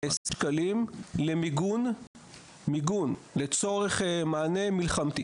חמישה מיליארד שקלים למיגון לצורך מענה מלחמתי.